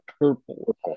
purple